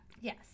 Yes